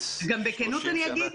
בכנות אני אגיד,